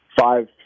five